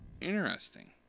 interesting